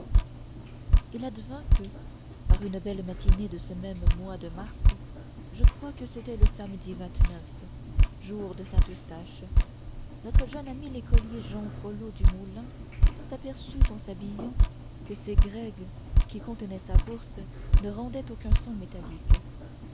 il advint que par une belle matinée de ce même mois de mars je crois que c'était le samedi jour de saint eustache notre jeune ami l'écolier jehan frollo du moulin s'aperçut en s'habillant que ses grègues qui contenaient sa bourse ne rendaient aucun son métallique